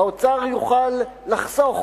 האוצר יוכל לחסוך